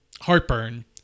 heartburn